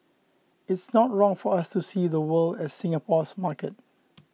it's not wrong for us to see the world as Singapore's market